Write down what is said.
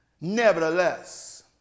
nevertheless